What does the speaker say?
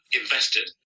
invested